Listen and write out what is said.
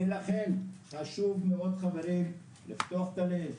ולכן חשוב מאוד חברים לפתוח את הלב,